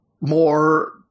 more